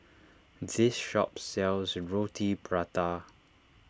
this shop sells Roti Prata